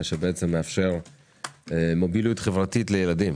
שמאפשר מוביליות חברתית לילדים,